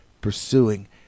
pursuing